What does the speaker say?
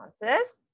responses